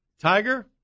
tiger